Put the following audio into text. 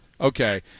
Okay